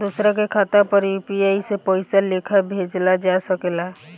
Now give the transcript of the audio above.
दोसरा के खाता पर में यू.पी.आई से पइसा के लेखाँ भेजल जा सके ला?